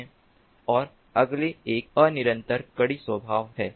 और अगले एक अनिरन्तर कड़ी स्वभाव है